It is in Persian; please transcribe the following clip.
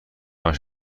همش